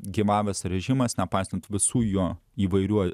gyvavęs režimas nepaisant visų jo įvairių